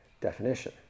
definition